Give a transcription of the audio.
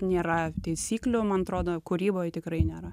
nėra taisyklių man atrodo kūryboj tikrai nėra